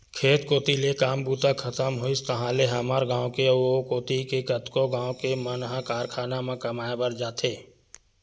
खेत कोती ले काम बूता खतम होइस ताहले हमर गाँव के अउ ओ कोती के कतको गाँव के मन ह कारखाना म कमाए बर जाथे